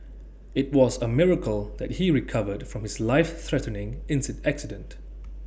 IT was A miracle that he recovered from his life threatening accident